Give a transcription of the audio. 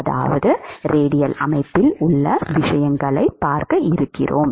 அதாவது ரேடியல் அமைப்பில் உள்ள விஷயங்களைப் பார்க்கப் போகிறோம்